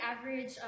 average